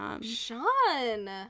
Sean